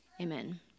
Amen